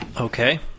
Okay